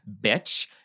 bitch